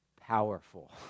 powerful